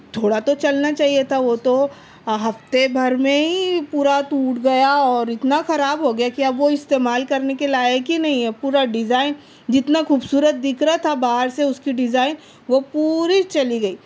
تھوڑا تو چلنا چاہیے تھا وہ تو ہفتے بھر میں ہی پورا ٹوٹ گیا اور اتنا خراب ہو گیا کہ اب وہ استعمال کرنے کے لائق ہی نہیں ہے پورا ڈیزائن جتنا خوبصورت دکھ رہا تھا باہر سے اُس کی ڈیزائن وہ پوری چلی گئی